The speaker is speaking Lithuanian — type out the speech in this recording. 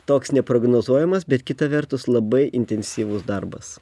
toks neprognozuojamas bet kita vertus labai intensyvus darbas